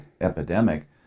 epidemic